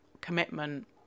commitment